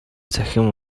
цахим